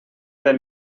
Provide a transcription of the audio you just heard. del